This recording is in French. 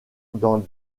dans